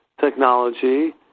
technology